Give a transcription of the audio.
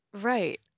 right